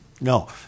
No